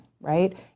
right